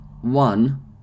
One